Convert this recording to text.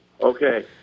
Okay